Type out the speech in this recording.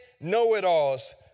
know-it-alls